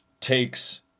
takes